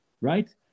right